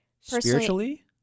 Spiritually